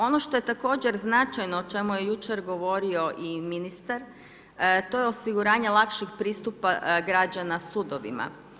Ono što je također značajno, o čemu je jučer govorio i ministar, to je osiguranje lakšeg pristupa građana sudovima.